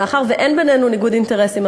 מאחר שאין בינינו ניגוד אינטרסים,